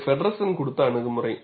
இது ஃபெடெர்சன் கொடுத்த அணுகுமுறை